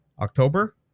October